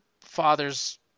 father's